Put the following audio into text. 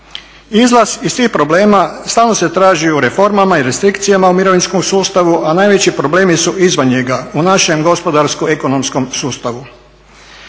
Izlaz iz tih problema stalno se traži u reformama i restrikcijama u mirovinskom sustavu a najveći problemi su izvan njega u našem gospodarsko-ekonomskom sustavu.